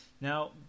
Now